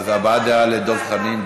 אז הבעת דעה לדב חנין.